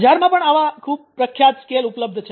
બજારમાં પણ આવા ખૂબ પ્રખ્યાત સ્કેલ ઉપલબ્ધ છે